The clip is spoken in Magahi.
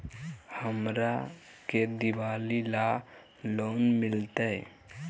हमरा के दिवाली ला लोन मिलते?